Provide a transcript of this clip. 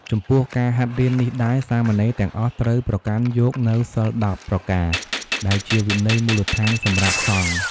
ចំពោះការហាត់រៀននេះដែរ សាមណេរទាំងអស់ត្រូវប្រកាន់យកនូវសីល ១០ ប្រការ ដែលជាវិន័យមូលដ្ឋានសម្រាប់សង្ឃ។